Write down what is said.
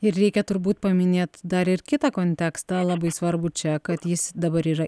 ir reikia turbūt paminėt dar ir kitą kontekstą labai svarbu čia kad jis dabar yra